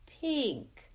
pink